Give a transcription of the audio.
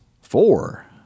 Four